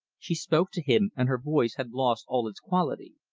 she spoke to him, and her voice had lost all its quality.